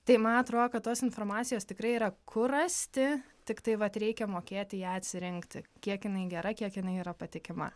tai man atrodo kad tos informacijos tikrai yra kur rasti tiktai vat reikia mokėti ją atsirinkti kiek jinai gera kiek jinai yra patikima